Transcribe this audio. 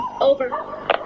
Over